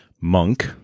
Monk